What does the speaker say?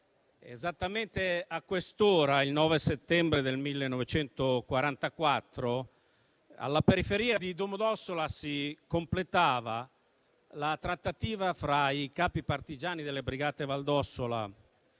esattamente a quest'ora, il 9 settembre 1944, alla periferia di Domodossola si completava la trattativa fra i capi partigiani delle Brigate Valdossola